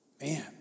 man